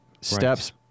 steps